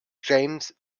james